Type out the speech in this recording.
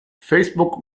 facebook